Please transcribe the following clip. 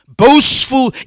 boastful